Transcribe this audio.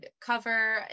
cover